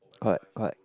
correct correct